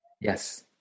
yes